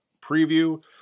preview